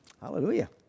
hallelujah